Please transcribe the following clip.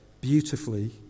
beautifully